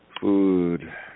Food